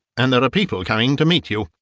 and there are people coming to meet you,